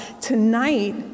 Tonight